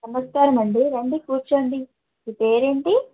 నమస్కారం అండి రండి కూర్చోండి మీ పేరేంటి